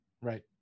Right